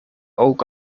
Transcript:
ook